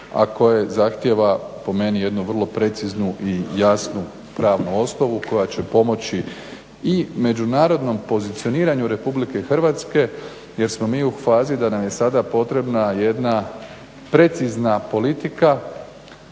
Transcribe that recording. a koje zahtjeva po meni jednu vrlo preciznu i jasnu pravnu osnovu koja će pomoći i međunarodnom pozicioniranju Republike Hrvatske jer smo mi u fazi da nam je sada potrebna jedna precizna politika